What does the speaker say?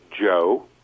joe